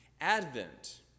Advent